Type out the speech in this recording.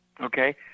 okay